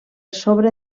sobre